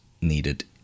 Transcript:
needed